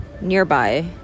nearby